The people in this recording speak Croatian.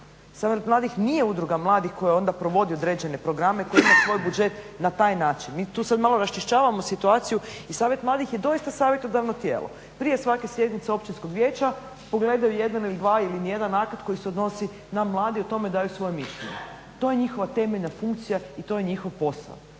Savjet mladih nije udruga mladih koja onda provodi određene programe koji ima svoj budžet na taj način. Mi tu sada malo raščišćavamo situaciju i savjet mladih je doista savjetodavno tijelo. Prije svake sjednice općinskog vijeća pogledaju jedan ili dva ili nijedan akat koji se odnosi na mlade i o tome daju svoje mišljenje, to je njihova temeljna funkcija i to je njihov posao.